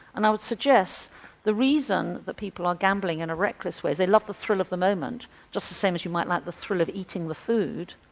and i would suggest the reason that people are gambling in reckless ways is they love the thrill of the moment just the same as you might like the thrill of eating the food,